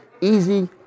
easy